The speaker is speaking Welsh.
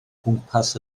gwmpas